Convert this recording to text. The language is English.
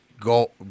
go